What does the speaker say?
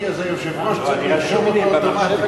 אז היושב-ראש צריך לרשום אותו אוטומטית.